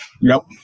Nope